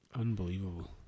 Unbelievable